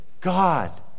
God